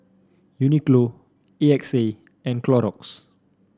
Uniqlo A X A and Clorox